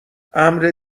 امر